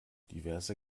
diverse